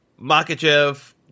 Makachev